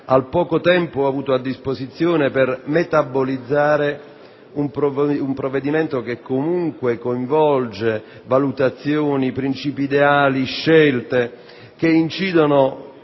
al poco tempo avuto a disposizione per metabolizzare un provvedimento che, comunque, coinvolge valutazioni, princìpi ideali, scelte che incidono